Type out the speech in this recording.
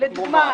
כמו מה?